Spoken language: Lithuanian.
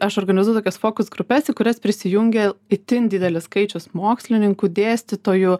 aš organizavau tokias fokus grupes į kurias prisijungė itin didelis skaičius mokslininkų dėstytojų